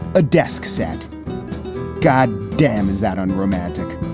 a desk sent god damn. is that unromantic?